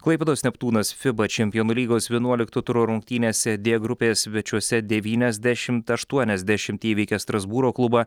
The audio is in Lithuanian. klaipėdos neptūnas fiba čempionų lygos vienuolikto turo rungtynėse d grupėje svečiuose devyniasdešimt aštuoniasdešimt įveikė strasbūro klubą